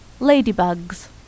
Ladybugs